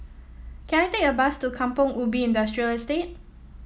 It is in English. can I take a bus to Kampong Ubi Industrial Estate